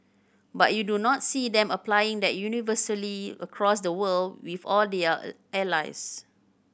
but you do not see them applying that universally across the world with all their a allies